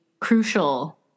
crucial